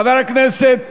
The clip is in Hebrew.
חבר הכנסת